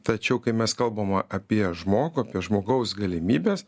tačiau kai mes kalbame apie žmogų apie žmogaus galimybes